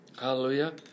Hallelujah